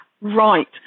Right